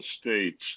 States